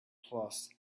cloths